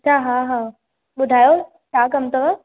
अच्छा हा हा ॿुधायो छा कमु अथव